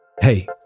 Hey